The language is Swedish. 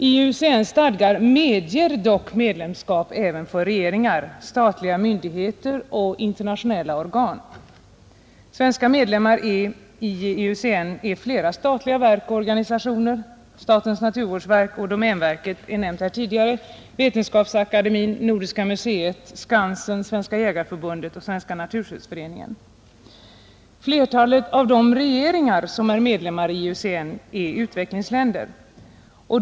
IUCN:s stadgar medger dock medlemskap även för regeringar, statliga myndigheter och internationella organ. Svenska medlemmar i IUCN är flera statliga verk och organisationer — statens naturvårdsverk och domänverket har nämnts här tidigare; Vetenskapsakademien, Nordiska muséet, Skansen, Svenska jägareförbundet och Svenska naturskyddsföreningen är andra medlemmar. Flertalet av de regeringar som är medlemmar i IUCN tillhör utvecklingsländerna.